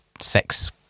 six